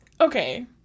Okay